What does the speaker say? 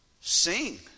sing